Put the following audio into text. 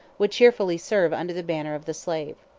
would cheerfully serve under the banner of the slave.